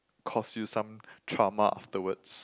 caused you some trauma afterwards